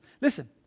Listen